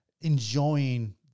enjoying